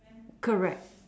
correct